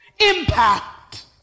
impact